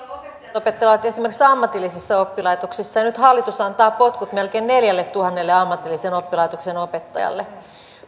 opettavat esimerkiksi ammatillisissa oppilaitoksissa ja nyt hallitus antaa potkut melkein neljälletuhannelle ammatillisen oppilaitoksen opettajalle